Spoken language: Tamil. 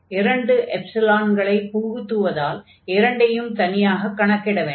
இரண்டு எப்ஸிலான்களை புகுத்துவதால் இரண்டையும் தனியாகக் கணக்கிட வேண்டும்